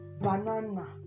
banana